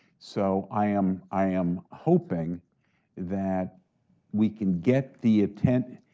so i am i am hoping that we can get the attention,